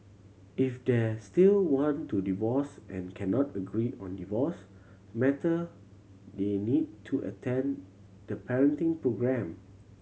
if they still want to divorce and cannot agree on divorce matter they need to attend the parenting programme